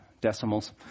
decimals